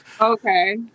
Okay